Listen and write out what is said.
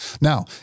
Now